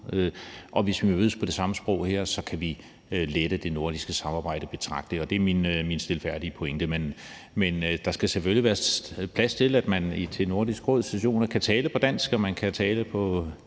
hvis vi mødtes på det samme sprog, kunne vi lette det nordiske samarbejde betragteligt. Det er min stilfærdige pointe. Men der skal selvfølgelig være plads til, at man til Nordisk Råds sessioner kan tale på dansk, at man kan tale på